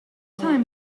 time